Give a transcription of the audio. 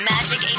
Magic